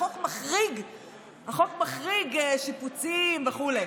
החוק מחריג שיפוצים וכו'.